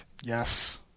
Yes